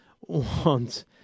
want